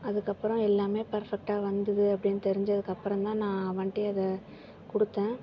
அதுக்கப்புறம் எல்லாமே பர்ஃபெக்ட்டாக வந்துது அப்படின்னு தெரிஞ்சதுக்கு அப்புறம் தான் நான் அவன்ட்டேயே அதை கொடுத்தேன்